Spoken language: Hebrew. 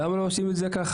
למה לא עושים את זה ככה?